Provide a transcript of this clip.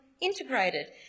integrated